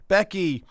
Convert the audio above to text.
Becky